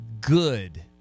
good